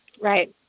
Right